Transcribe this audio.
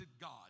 God